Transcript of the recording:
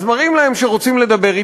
אז מראים להם שרוצים לדבר,